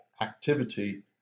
activity